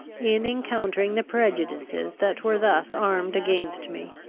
in encountering the prejudices that were thus armed against me,